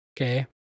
okay